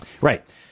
Right